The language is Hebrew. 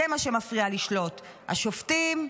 זה מה שמפריע לשלוט: השופטים,